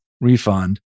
refund